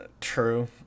True